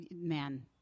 man